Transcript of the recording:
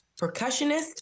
Percussionist